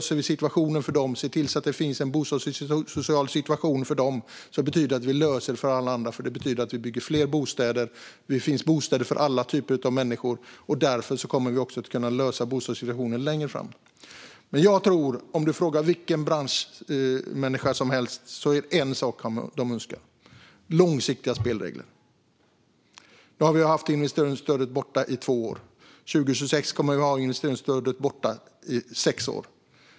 Ser vi till att ha en bostadssocial situation för dem löser vi det för alla andra eftersom det betyder att vi bygger fler bostäder så att det finns bostäder för alla typer av människor, vilket löser bostadssituationen framåt. Frågar man vilken branschmänniska som helst önskar de en sak: långsiktiga spelregler. Investeringsstödet togs bort för två år sedan, och 2026 kommer det att ha varit borta i sex år.